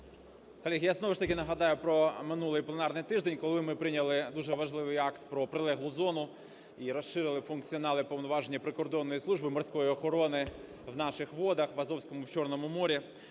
Колеги, я знову ж таки нагадаю про минулий пленарний тиждень, коли ми прийняли дуже важливий акт про прилеглу зону і розширили функціонал і повноваження прикордонної служби Морської охорони в наших водах, в Азовському і Чорному морях,